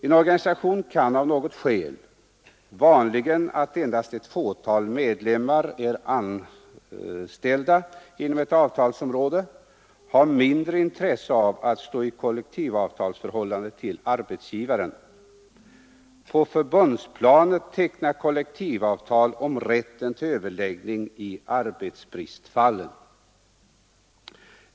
En organisation kan av något skäl — vanligen att endast ett fåtal medlemmar är anställda inom ett avtalsområde — ha mindre intresse av att stå i kollektivavtalsförhållande till arbetsgivaren men likväl vilja företräda sin medlem vid överläggningar om uppsägning eller permittering till följd av inskränkning i driften. I sådana fall bör det vara möjligt för organisationen att, utan att träda i allmänt kollektivavtalsförhållande till arbetsgivaren, på förbundsplanet teckna kollektivavtal om rätten till överläggning i arbetsbristfallen.